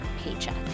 paycheck